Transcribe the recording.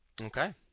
Okay